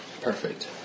Perfect